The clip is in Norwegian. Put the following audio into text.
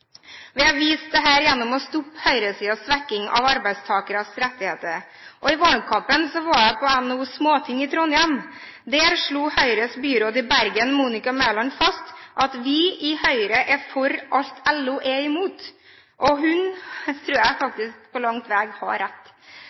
Vi har vist dette gjennom å stoppe høyresidens svekking av arbeidstakernes rettigheter. I valgkampen var jeg på NHOs Småting i Trondheim. Der slo Høyres byråd i Bergen, Monica Mæland, fast at «Vi i Høyre er for alt LO er imot». Og jeg tror hun faktisk langt på vei har rett.